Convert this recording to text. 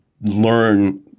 learn